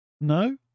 no